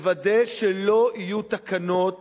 לוודא שלא יהיו תקנות